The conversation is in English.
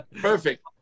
Perfect